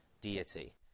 deity